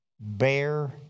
bear